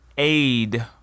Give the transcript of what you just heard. aid